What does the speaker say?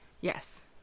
Yes